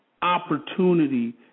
Opportunity